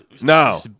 no